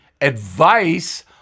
advice